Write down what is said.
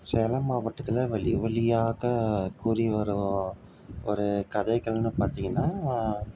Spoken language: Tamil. சேலம் மாவட்டத்தில் வழி வழியாக கூறி வரும் ஒரு கதைகள்னு பார்த்திங்கன்னா